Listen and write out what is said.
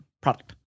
product